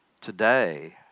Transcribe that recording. today